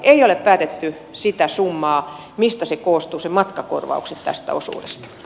ei ole päätetty sitä summaa mistä koostuvat ne matkakorvaukset tästä osuudesta